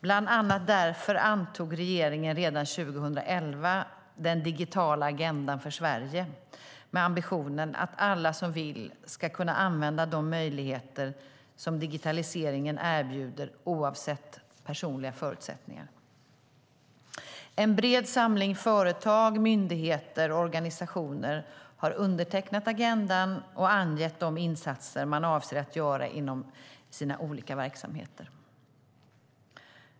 Bland annat därför antog regeringen redan 2011 den digitala agendan för Sverige med ambitionen att alla som vill ska kunna använda de möjligheter som digitaliseringen erbjuder oavsett personliga förutsättningar. En bred samling företag, myndigheter och organisationer har undertecknat agendan och angett de insatser de avser att göra inom sina olika verksamheter.